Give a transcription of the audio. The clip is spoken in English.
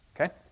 okay